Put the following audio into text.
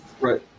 Right